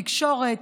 תקשורת,